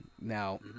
Now